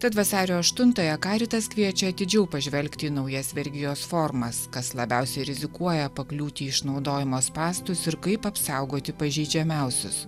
tad vasario aštuntąją karitas kviečia atidžiau pažvelgti į naujas vergijos formas kas labiausiai rizikuoja pakliūti į išnaudojimo spąstus ir kaip apsaugoti pažeidžiamiausius